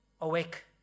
awake